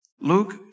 Luke